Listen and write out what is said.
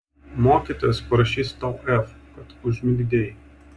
mokytojas parašys tau f kad užmigdei